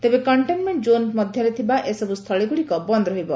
ତେବେ containment zone ମଧ୍ୟରେ ଥିବା ଏସବ୍ଧ ସ୍ଥୁଳୀଗ୍ରଡ଼ିକ ବନ୍ଦ ରହିବ